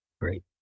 Great